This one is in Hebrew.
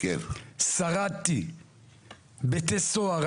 שרדתי בתי סוהר,